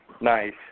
Nice